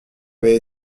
avait